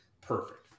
perfect